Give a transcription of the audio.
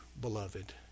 beloved